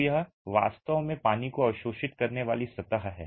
तो यह वास्तव में पानी को अवशोषित करने वाली सतह है